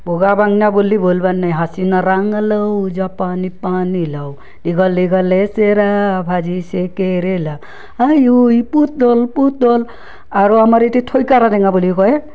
বগা বাংনা বুলি ব'লবা নাই হাচিনা ৰাঙালাও জাপানী পানীলাও দীঘল দীঘল লেচেৰা ভাজিছে কেৰেলা আইঐ পুতল পুতল আৰু আমাৰ ইয়াতে থৈকাৰা টেঙা বুলি কয়